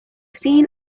seen